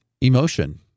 emotion